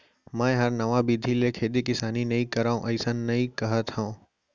मैं हर नवा बिधि ले खेती किसानी नइ करव अइसन नइ कहत हँव